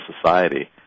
society